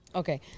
okay